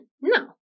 No